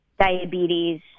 diabetes